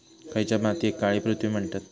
खयच्या मातीयेक काळी पृथ्वी म्हणतत?